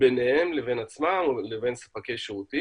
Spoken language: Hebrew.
ביניהם לבין עצמם או לבין ספקי שירות,